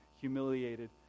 humiliated